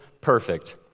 Perfect